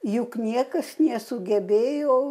juk niekas nesugebėjo